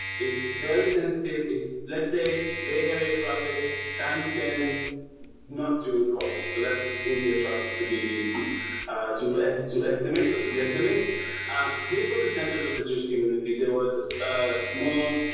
it's very tentative. it's let's say bay area traffic times ten not during coffee. so that's india traffic to be to ask to estimate or to estimate these were the centers of the jewish community. there was a so small.